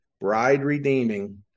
bride-redeeming